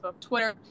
Twitter